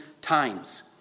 times